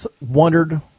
wondered